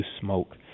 smoke